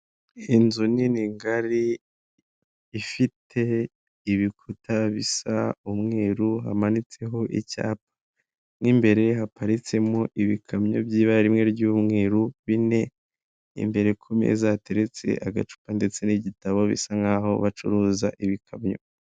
Inzu nini ngari ifite ibikuta bisa umweru hamanitseho icyapa, mo imbere haparitsemo ibikamyo by'ibara rimwe ry'umweru bine imbere ku meza hateretse agacupa ndetse n'igitabo bisa nk'aho bacuruza ibikamyo.